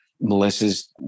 Melissa's